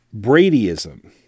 Bradyism